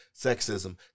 sexism